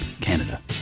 Canada